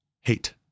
hate